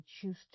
choose